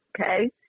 okay